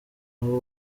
abo